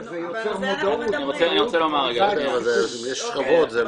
זה יוצר מודעות, ומודעות